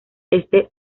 este